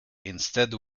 instead